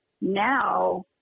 now